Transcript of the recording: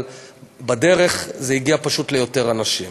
אבל בדרך זה הגיע פשוט ליותר אנשים.